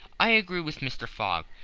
i agree with mr. fogg.